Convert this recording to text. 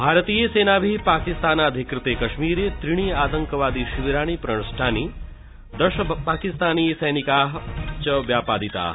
भारतीयसेनाभिः पाकिस्तानाधिकृते कश्मीर त्रीणि आतंकि शिविराणि प्रणष्टानि दश पाकिस्तानीय सैनिकाश्च व्यापादिताः